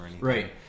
Right